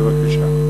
בבקשה.